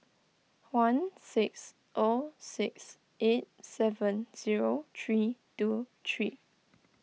one six O six eight seven zero three two three